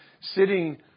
sitting